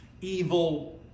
evil